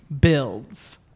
builds